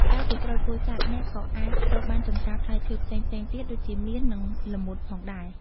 ក្រៅពីក្រូចពោធិ៍សាត់ អ្នកក៏អាចរកបានចម្ការផ្លែឈើផ្សេងៗទៀតដូចជាមៀននិងល្មុតផងដែរ។